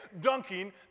dunking